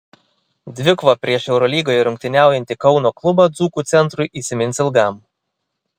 dvikova prieš eurolygoje rungtyniaujantį kauno klubą dzūkų centrui įsimins ilgam